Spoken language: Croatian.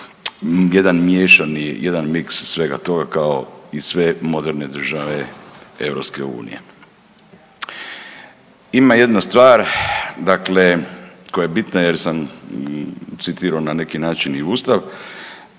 jedan miješani, jedan mix svega toga kao i sve moderne države EU. Ima jedna stvar dakle koja je bitna jer sam citirao na neki način i ustav,